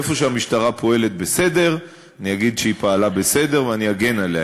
איפה שהמשטרה פועלת בסדר אני אגיד שהיא פעלה בסדר ואני אגן עליה,